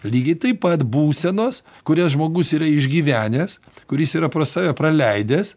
lygiai taip pat būsenos kurias žmogus yra išgyvenęs kuris yra pro save praleidęs